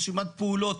רשימת פעולת,